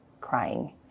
crying